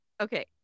Okay